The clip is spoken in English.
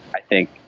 i think,